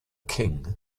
king